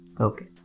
okay